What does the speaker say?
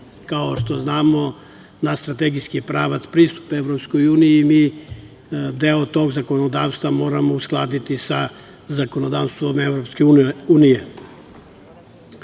Kao što znamo, naš strategijski pravac pristupa Evropskoj uniji, mi deo tog zakonodavstva moramo uskladiti sa zakonodavstvom Evropske unije.